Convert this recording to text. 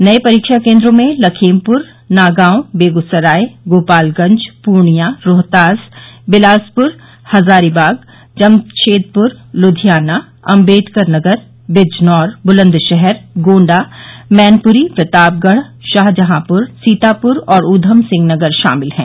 नए परीक्षा केन्द्रों में लखीमपुर नागांव बेगूसराय गोपालगंज पूर्णिया रोहतास बिलासपुर हजारीबाग जमशेदपुर लुधियाना अंबेडकरनगर बिजनौर बुलंदशहर गोंडा मैनपुरी प्रतापगढ़ शाहजहांपुर सीतापुर और उघमसिंह नगर शामिल हैं